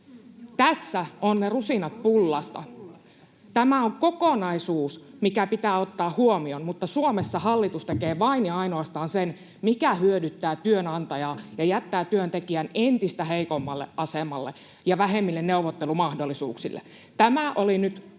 Tässä ovat ne rusinat pullasta. Tämä on kokonaisuus, mikä pitää ottaa huomioon, mutta Suomessa hallitus tekee vain ja ainoastaan sen, mikä hyödyttää työnantajaa ja jättää työntekijän entistä heikommalle asemalle ja vähemmille neuvottelumahdollisuuksille. Tämä oli nyt